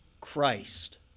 Christ